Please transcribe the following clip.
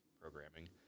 programming